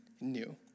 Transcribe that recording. new